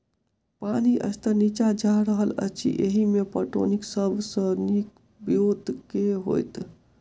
पानि स्तर नीचा जा रहल अछि, एहिमे पटौनीक सब सऽ नीक ब्योंत केँ होइत?